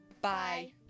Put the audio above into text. Bye